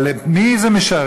אבל את מי זה משרת?